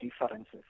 differences